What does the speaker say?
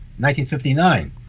1959